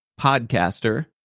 podcaster